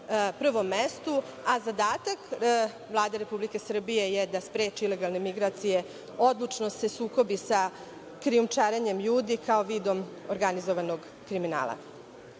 prvom mestu. Zadatak Vlade Republike Srbije je da spreči ilegalne migracije, odlučno se sukobi sa krijumčarenjem ljudi kao vidom organizovanog kriminala.